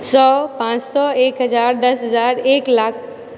सए पांँच सए एक हजार दश हजार एक लाख